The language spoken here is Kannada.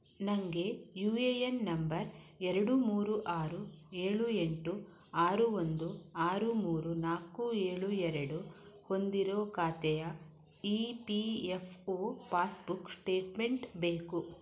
ನನಗೆ ಯು ಎ ಎನ್ ನಂಬರ್ ಎರಡು ಮೂರು ಆರು ಏಳು ಎಂಟು ಆರು ಒಂದು ಆರು ಮೂರು ನಾಲ್ಕು ಏಳು ಎರಡು ಹೊಂದಿರೋ ಖಾತೆಯ E P F O passbook statement ಬೇಕು